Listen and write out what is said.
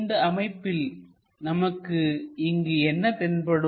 இந்த அமைப்பில் நமக்கு இங்கு என்ன தென்படும்